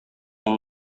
yang